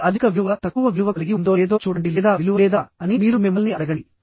ఇది అధిక విలువ తక్కువ విలువ కలిగి ఉందో లేదో చూడండి లేదా విలువ లేదా అని మీరు మిమ్మల్ని అడగండి